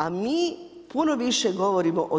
A mi puno više govorimo o